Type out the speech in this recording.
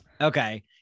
Okay